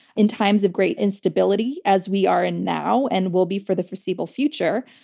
in times of great instability, as we are in now and we'll be for the foreseeable future,